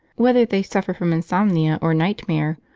whether they suffer from insomnia, or nightmare,